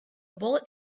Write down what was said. bullet